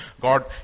god